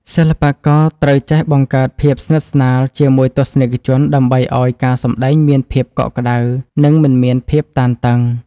សិល្បករត្រូវចេះបង្កើតភាពស្និទ្ធស្នាលជាមួយទស្សនិកជនដើម្បីឱ្យការសម្តែងមានភាពកក់ក្តៅ និង មិនមានភាពតានតឹង។